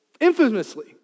Infamously